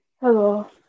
Hello